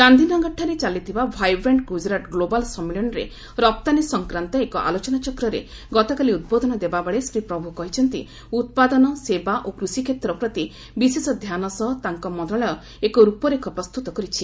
ଗାନ୍ଧିନଗରଠାରେ ଚାଲିଥିବା vibrant Gujarat global ସମ୍ମିଳନୀରେ ରପ୍ତାନୀ ସଂକ୍ରାନ୍ତ ଏକ ଆଲୋଚନାଚକ୍ରରେ ଗତକାଲି ଉଦ୍ବୋଧନ ଦେବାବେଳେ ଶ୍ରୀ ପ୍ରଭୁ କହିଛନ୍ତି ଉତ୍ପାଦନ ସେବା ଓ କୃଷି କ୍ଷେତ୍ର ପ୍ରତି ବିଶେଷ ଧ୍ୟାନ ସହ ତାଙ୍କ ମନ୍ତ୍ରଣାଳୟ ଏକ ରୂପରେଖ ପ୍ରସ୍ତୁତ କରିଛି